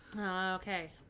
Okay